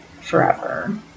forever